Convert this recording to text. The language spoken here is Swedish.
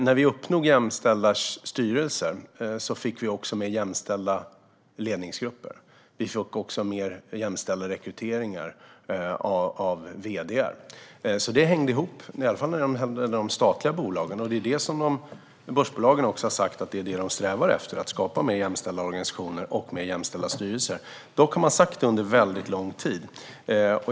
När vi uppnådde jämställda styrelser fick vi också mer jämställda ledningsgrupper, och vi fick också mer jämställda rekryteringar av vd:ar. Det hängde alltså ihop, i alla fall när det gällde de statliga bolagen, och börsbolagen har sagt att de strävar efter att skapa mer jämställda organisationer och mer jämställda styrelser. Dock har man sagt det under mycket lång tid.